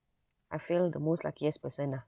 I feel the most luckiest person ah